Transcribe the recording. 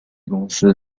公司